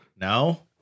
No